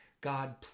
God